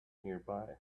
nearby